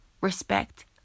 respect